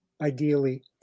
ideally